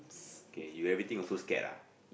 okay you everything also scared ah